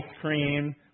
cream